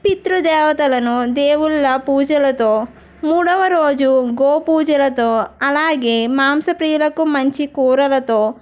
పితృ దేవతలను దేవుళ్ళ పూజలతో మూడవ రోజు గోపూజలతో అలాగే మాంస ప్రియులకు మంచి కూరలతో